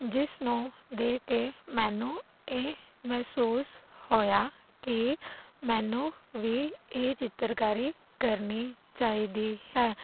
ਜਿਸ ਨੂੰ ਦੇਖ ਕੇ ਮੈਨੂੰ ਇਹ ਮਹਿਸੂਸ ਹੋਇਆ ਕਿ ਮੈਨੂੰ ਵੀ ਇਹ ਚਿੱਤਰਕਾਰੀ ਕਰਨੀ ਚਾਹੀਦੀ ਹੈ